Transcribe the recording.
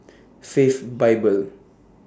Faith Bible